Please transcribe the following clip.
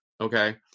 Okay